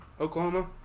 Oklahoma